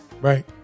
Right